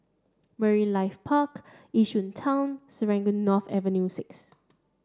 Marine Life Park Yishun Town Serangoon North Avenue six